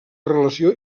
relació